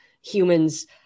humans